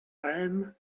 alm